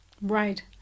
Right